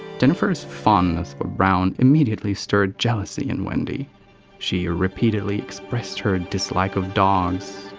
jennifer's fondness for brown immediately stirred jealousy in wendy she ah repeatedly expressed her dislike of dogs,